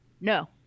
No